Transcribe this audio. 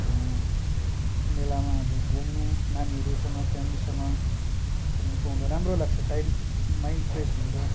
मेलामा अब घुम्नु नानीहरूसँग फ्यामिलीसँग घुम्नपाउँदा राम्रो लाग्छ टाइम माइन्ड फ्रेस हुन्छ